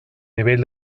nivell